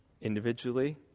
Individually